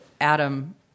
Adam